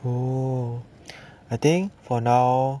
oh I think for now